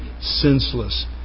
senseless